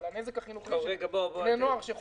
על הנזק החינוכי לבני נוער.